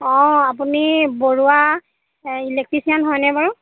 অঁ আপুনি বৰুৱা ইলেক্ট্ৰিচিয়ান হয়নে বাৰু